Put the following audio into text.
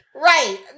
Right